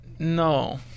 No